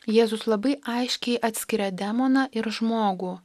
jėzus labai aiškiai atskiria demoną ir žmogų